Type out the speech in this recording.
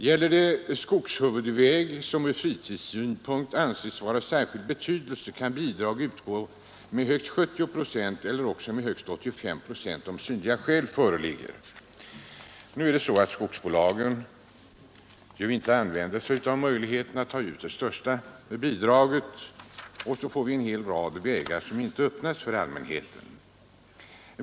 Gäller det skogshuvudväg som ur fritidssynpunkt anses vara av särskild betydelse, kan bidrag utgå med högst 70 procent, eller med högst 85 procent om synnerliga skäl föreligger. Nu är det så att skogsbolagen inte begagnar sig av möjligheten att ta ut det större bidraget, och så får vi en hel rad vägar som inte öppnats för allmänheten.